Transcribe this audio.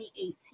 2018